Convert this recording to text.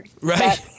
Right